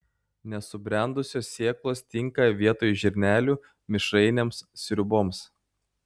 nesubrendusios sėklos tinka vietoj žirnelių mišrainėms sriuboms